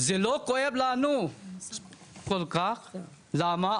זה כואב לנו כל כך, למה?